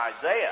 Isaiah